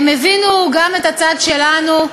הם הבינו גם את הצד שלנו.